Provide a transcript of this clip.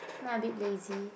now a bit lazy